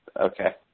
okay